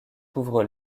couvre